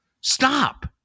Stop